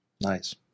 nice